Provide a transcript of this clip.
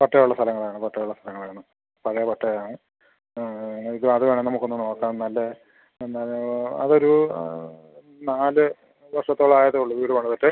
പട്ട ഉള്ള സ്ഥലങ്ങളാണ് പട്ട ഉള്ള സ്ഥലങ്ങളാണ് പല പട്ടയാണ് നിങ്ങൾക്ക് അത് വേണേൽ നമുക്ക് ഒന്ന് നോക്കാം നല്ല എന്നാൽ അ അതൊരു നാല് നാല് വർഷത്തോളം ആയതേ ഉള്ളൂ വീട് പണിതിട്ട്